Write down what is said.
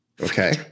Okay